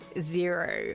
zero